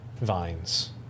vines